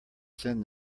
send